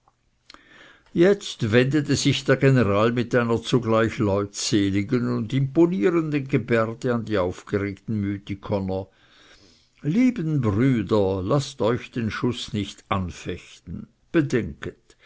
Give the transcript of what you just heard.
jetzt wendete sich der general mit einer zugleich leutseligen und imponierenden gebärde an die aufgeregten mythikoner lieben brüder laßt euch den schuß nicht anfechten bedenket